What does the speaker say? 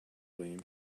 william